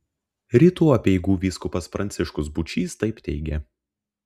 rytų apeigų vyskupas pranciškus būčys taip teigė